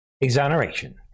exoneration